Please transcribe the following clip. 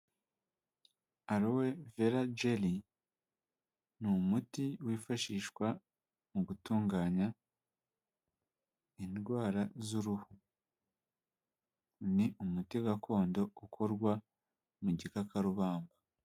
Arowe velageli ni umuti wifashishwa mu gutunganya indwara z'uruhu . Ni umuti gakondo ukorwa mu gikakarubamba.